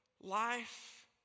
life